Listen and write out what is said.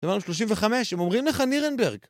אתה אומר להם שלושים וחמש, הם אומרים לך נירנברג.